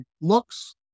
looks